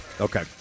Okay